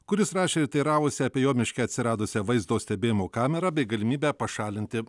kuris rašė ir teiravosi apie jo miške atsiradusią vaizdo stebėjimo kamerą bei galimybę pašalinti